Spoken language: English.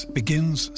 begins